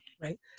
Right